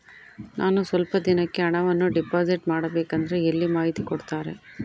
ನಾನು ಸ್ವಲ್ಪ ದಿನಕ್ಕೆ ಹಣವನ್ನು ಡಿಪಾಸಿಟ್ ಮಾಡಬೇಕಂದ್ರೆ ಎಲ್ಲಿ ಮಾಹಿತಿ ಕೊಡ್ತಾರೆ?